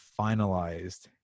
finalized